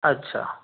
अच्छा